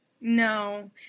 No